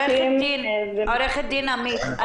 עורכת דין עמית,